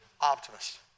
Optimist